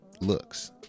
looks